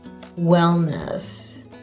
wellness